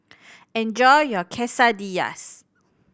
enjoy your Quesadillas